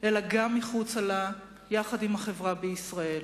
אלא גם מחוצה לה, יחד עם החברה בישראל.